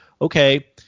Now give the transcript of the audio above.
okay –